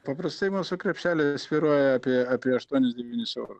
paprastai mūsų krepšeliai svyruoja apie apie aštuonis devynis euru